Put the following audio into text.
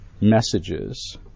messages